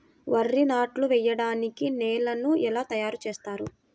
వరి నాట్లు వేయటానికి నేలను ఎలా తయారు చేస్తారు?